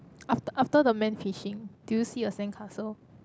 after after the man fishing do you see a sandcastle